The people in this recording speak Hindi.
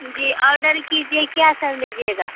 जी ऑर्डर कीजिए क्या सब लीजिएगा